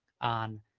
on